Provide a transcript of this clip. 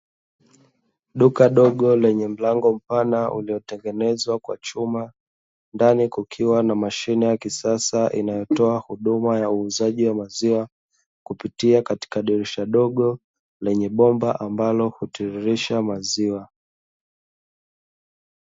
Duka dogo lenye mlango mpana uliotengenezwa kwa chuma, ndani kukiwa na mashine ya kisasa inayotoa huduma ya uuzaji wa maziwa, kupitia katika dirisha dogo lenye bomba ambalo hutiririsha maziwa.